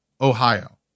Ohio